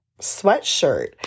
sweatshirt